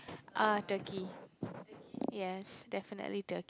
uh Turkey yes definitely Turkey